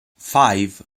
five